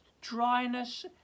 dryness